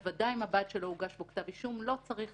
בוודאי במב"ד שלא הוגש בו כתב אישום לא צריך